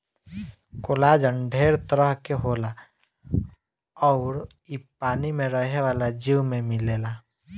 collagen ढेर तरह के होला अउर इ पानी में रहे वाला जीव में मिलेला